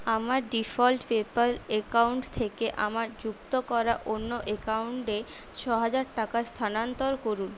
আমার default PayPal account থেকে আমার যুক্ত করা অন্য অ্যাকাউন্টে ছহাজার টাকা স্থানান্তর করুন